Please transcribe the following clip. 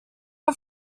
are